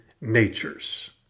natures